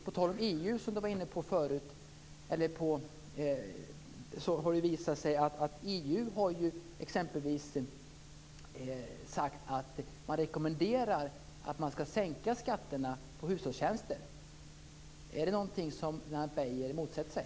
På tal om EU, som Lennart Beijer var inne på förut, har det visat sig att EU har exempelvis sagt att man rekommenderar att man ska sänka skatterna på hushållstjänster. Är det någonting Lennart Beijer motsätter sig?